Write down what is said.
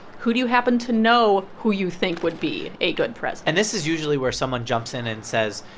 who do you happen to know who you think would be a good president? and this is usually where someone jumps in and says,